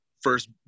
first